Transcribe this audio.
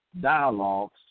dialogues